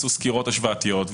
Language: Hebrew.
היא